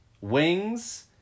Wings